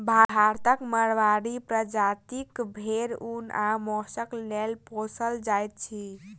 भारतक माड़वाड़ी प्रजातिक भेंड़ ऊन आ मौंसक लेल पोसल जाइत अछि